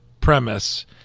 premise